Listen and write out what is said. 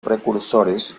precursores